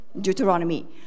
Deuteronomy